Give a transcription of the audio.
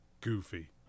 goofy